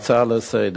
טלוויזיה.